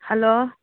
hello